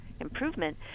Improvement